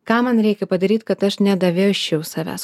ką man reikia padaryt kad aš nedavesčiau savęs